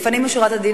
לפנים משורת הדין,